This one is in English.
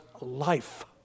life